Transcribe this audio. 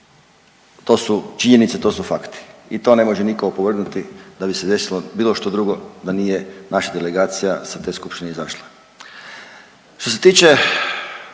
To su činjenice, to su fakti i to ne može nitko opovrgnuti da bi se desilo bilo što drugo da nije naša delegacija sa te skupštine izašla. Što se tiče